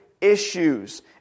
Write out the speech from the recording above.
issues